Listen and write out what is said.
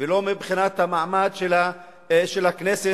ולא מבחינת המעמד של הכנסת,